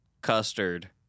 Custard